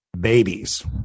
babies